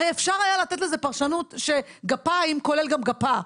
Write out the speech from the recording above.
הרי אפשר היה לתת לזה פרשנות שגפיים כולל גם גפה,